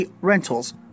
Rentals